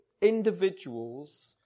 individuals